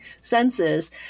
senses